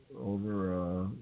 over